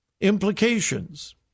implications